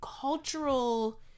Cultural